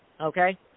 Okay